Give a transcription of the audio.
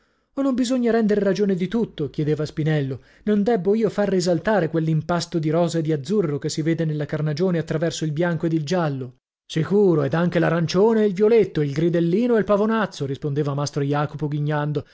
o non bisogna render ragione di tutto chiedeva spinello non debbo io far risaltare quell'impasto di rosa e di azzurro che si vede nella carnagione attraverso il bianco ed il giallo sicuro ed anche l'arancione e il violetto il gridellino e il pavonazzo rispondeva mastro jacopo ghignando